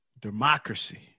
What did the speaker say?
democracy